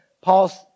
Paul's